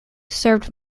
served